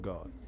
God